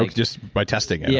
like just by testing it. yeah.